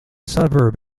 suburb